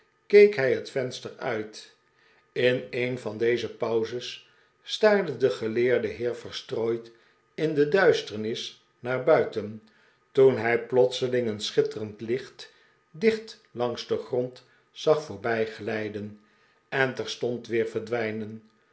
keek hij het venster uit in een van deze pauzes staarde de geleerde heer verstrooid in de duisternis naar buiten toen hij plotseling een schitterend iicht dicht langs den grond zag voortglijden en terstond weer verdwijnen